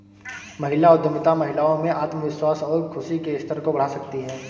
महिला उद्यमिता महिलाओं में आत्मविश्वास और खुशी के स्तर को बढ़ा सकती है